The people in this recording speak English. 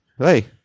Hey